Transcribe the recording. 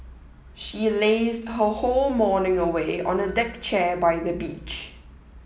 she lazed her whole morning away on a deck chair by the beach